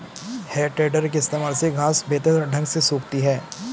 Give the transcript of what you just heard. है टेडर के इस्तेमाल से घांस बेहतर ढंग से सूखती है